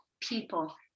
People